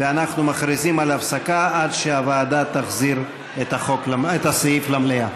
ואנחנו מכריזים על הפסקה עד שהוועדה תחזיר את הסעיף למליאה.